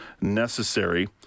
necessary